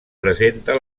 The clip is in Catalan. presenta